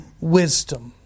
wisdom